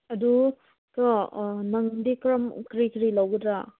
ꯑꯗꯨ ꯀꯣ ꯅꯪꯗꯤ ꯀꯔꯝ ꯀꯔꯤ ꯀꯔꯤ ꯂꯧꯒꯗ꯭ꯔꯥ